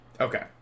Okay